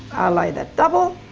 lay that double.